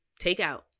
takeout